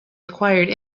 acquired